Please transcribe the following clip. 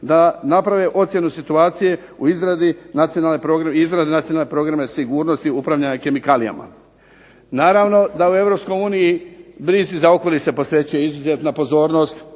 da naprave ocjenu situacije u izradi nacionalne programe sigurnosti upravljanja kemikalijama. Naravno da u Europskoj uniji brizi za okoliš se posvećuje izuzetna pozornost,